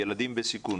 ילדים בסיכון.